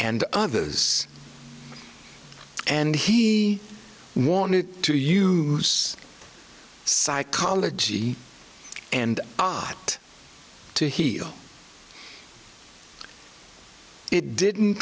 and others and he wanted to use psychology and not to heal it didn't